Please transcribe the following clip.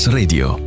Radio